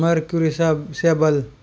mercury सॅब सॅबल